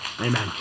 Amen